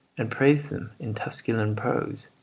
and praise them in tusculan prose.